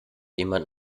jemand